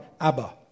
Abba